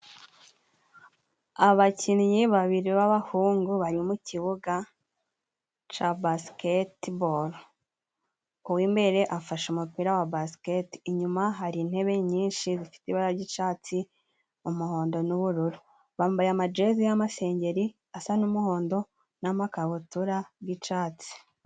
Abakinnyi babiri b'abahungu bari mukibuga cya basiketiboro, uwimbere afashe umupira wa basiketiboro, inyuma hari intebe nyinshi zifite ibara ry'icyatsi, umuhondo n'ubururu, bambaye amajeze y'amasengeri asa n'umuhondo n'amakabutura y'icyatsi.